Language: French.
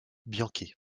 bianchi